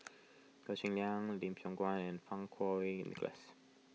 Goh Cheng Liang Lim Siong Guan and Fang Kuo Wei Nicholas